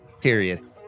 Period